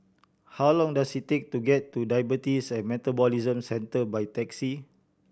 how long does it take to get to Diabetes and Metabolism Centre by taxi